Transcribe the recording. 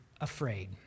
afraid